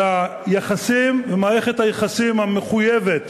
אל מערכת היחסים המחויבת